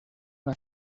una